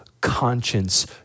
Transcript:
conscience